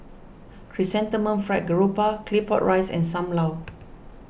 Chrysanthemum Fried Garoupa Claypot Rice and Sam Lau